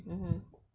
mmhmm